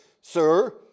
Sir